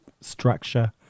structure